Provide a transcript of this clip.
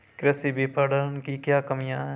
कृषि विपणन की क्या कमियाँ हैं?